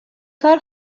کار